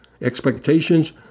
expectations